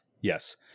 Yes